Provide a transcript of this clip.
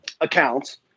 accounts